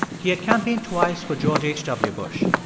he had campaigned twice for george h w. bush,